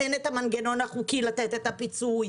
אין את המנגנון החוקי לתת את הפיצוי,